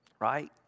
Right